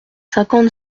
cinquante